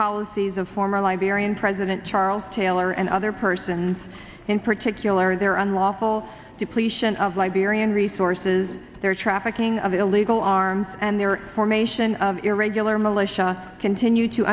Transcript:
policies of former liberian president charles taylor and other persons in particular their unlawful depletion of liberian resources their trafficking of illegal arms and their formation of irregular militia continue to